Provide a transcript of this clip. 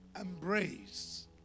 Embrace